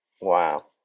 wow